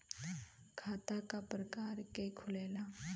खाता क प्रकार के खुलेला?